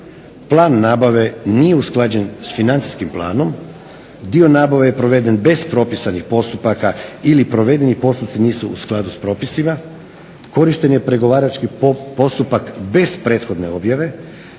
plan nabave nije usklađen s Financijskim planom, dio nabave je proveden bez propisanih postupaka ili provedeni postupci nisu u skladu s propisima, korišten je pregovarački postupak bez prethodne objave